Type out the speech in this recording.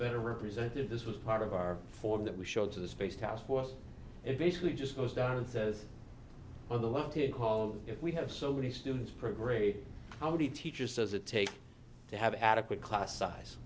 better represented this was part of our form that we showed to the space task force it basically just goes down and says on the left it called if we have so many students per grade how the teacher says it takes to have adequate class size